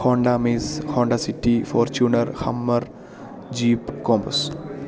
Honda miss Honda City Fortuner Hummer Jeep Compass